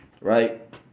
right